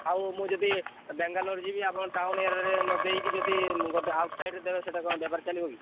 ଆଉ ମୁଁ ଯଦି ବେଙ୍ଗାଲୋର ଯିବି ଆପଣ ଟାଉନ୍ ଏରିଆରେ ନ ଦେଇକି ଯଦି ଗୋଟେ ଆଉଟ୍ ସାଇଡ଼୍ରେ ଦେବେ ସେଟା କ'ଣ ବେପାର ଚାଲିବ କି